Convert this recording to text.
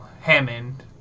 Hammond